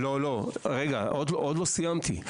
עוד לא סיימתי.